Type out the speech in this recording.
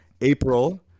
April